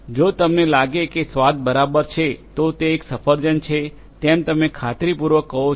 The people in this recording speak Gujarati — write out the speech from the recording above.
જો તમને લાગે કે સ્વાદ બરાબર છે તો તે એક સફરજન છે તેમ તમે ખાતરીપૂર્વક કહો છો